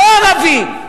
לא ערבי,